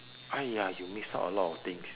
!aiya! you miss out a lot of things